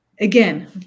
Again